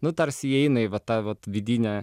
nu tarsi įeina į vat tą vat vidinę